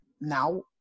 now